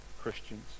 Christians